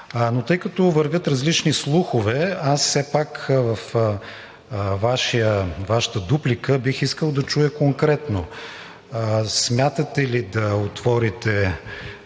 Тъй като вървят различни слухове обаче, аз все пак във Вашата дуплика бих искал да чуя конкретно: смятате ли да отворите